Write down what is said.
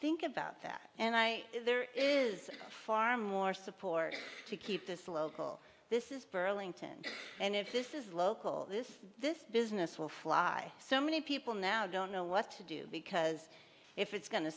think about that and i there is far more support to keep this local this is burlington and if this is local this this business will fly so many people now don't know what to do because if it's going to